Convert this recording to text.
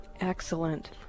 Excellent